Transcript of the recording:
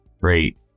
Great